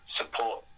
support